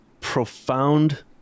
profound